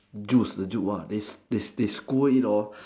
juice the juice !whoa! they they they squirt it